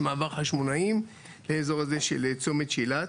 מעבר חשמונאים לאזור הזה של צומת שילת.